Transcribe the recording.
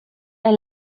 est